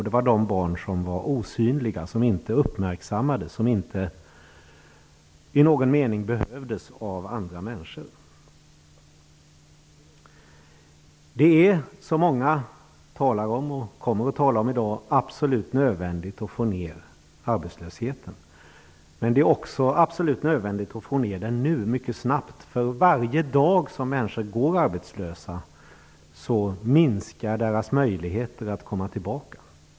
Det var de barn som var osynliga, som inte uppmärksammades, som inte i någon mening behövdes av andra människor. Det är, som många talar om och kommer att tala om i dag, absolut nödvändigt att få ned arbetslösheten. Men det är också absolut nödvändigt att få ned den nu, mycket snabbt, därför att varje dag som människor går arbetslösa minskar deras möjligheter att komma tillbaka.